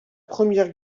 première